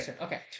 Okay